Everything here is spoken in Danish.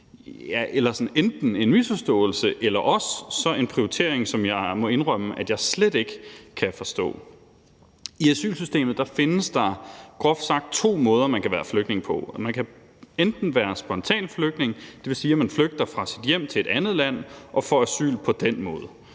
enten en misforståelse eller en prioritering, som jeg må indrømme at jeg slet ikke kan forstå. I asylsystemet findes der groft sagt to måder, man kan være flygtning på. Man kan enten være spontan flygtning, og det vil sige, at man flygter fra sit hjem til et andet land og får asyl på den måde,